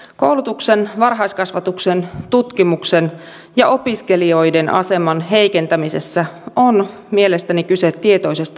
koulutuksen varhaiskasvatuksen tutkimuksen ja opiskelijoiden aseman heikentämisessä on mielestäni kyse tietoisesta arvovalinnasta